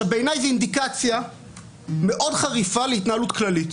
בעיני זה אינדיקציה חריפה מאוד להתנהלות כללית.